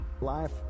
life